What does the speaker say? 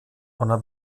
ona